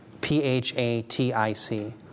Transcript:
P-H-A-T-I-C